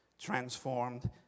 transformed